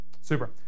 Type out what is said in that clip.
Super